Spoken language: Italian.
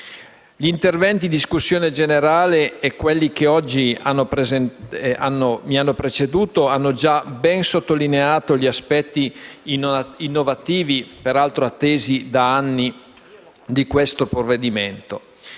Gli interventi in discussione generale e quelli che oggi mi hanno preceduto hanno già ben sottolineato gli aspetti innovativi, peraltro attesi da anni, di questo provvedimento.